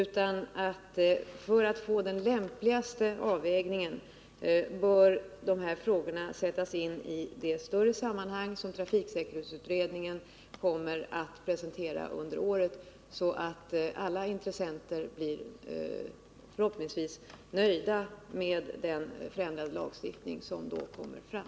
För att vi skall få den lämpligaste avvägningen bör dessa frågor sättas in i ett större sammanhang enligt det förslag som trafiksäkerhetsutredningen kommer att presentera under året, så att förhoppningsvis alla intressenter blir nöjda med den förändrade lagstiftning som då redovisas.